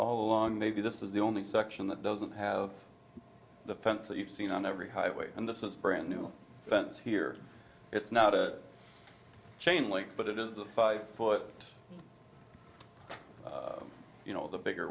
all along maybe this is the only section that doesn't have the fence that you've seen on every highway and this is brand new fence here it's not a chain link but it is a five foot you know the bigger